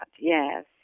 Yes